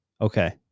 Okay